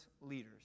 leaders